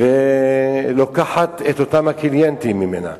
ולוקחת את הקליינטים ממנה.